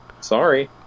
Sorry